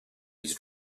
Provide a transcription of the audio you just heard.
his